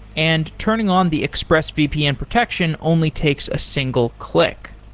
and turning on the exprsesvpn protection only takes a single click.